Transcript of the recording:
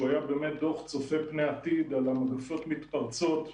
שהיה דוח צופה פני עתיד על מגיפות מתפרצות,